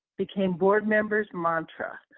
became board members mantra,